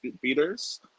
beaters